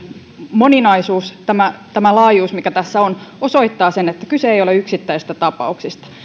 moninaisuus tämä tämä laajuus mikä tässä on osoittaa sen että kyse ei ole yksittäisistä tapauksista